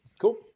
Cool